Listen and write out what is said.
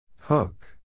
Hook